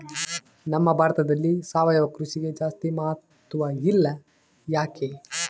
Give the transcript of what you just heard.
ನಮ್ಮ ಭಾರತದಲ್ಲಿ ಸಾವಯವ ಕೃಷಿಗೆ ಜಾಸ್ತಿ ಮಹತ್ವ ಇಲ್ಲ ಯಾಕೆ?